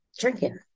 drinking